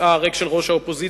כיסאה הריק של ראש האופוזיציה,